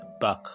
back